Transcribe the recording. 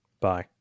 Bye